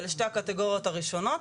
אלה שתי הקטגוריות הראשונות.